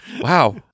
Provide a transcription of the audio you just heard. Wow